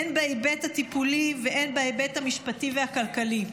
הן בהיבט הטיפולי והן בהיבט המשפטי והכלכלי.